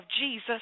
Jesus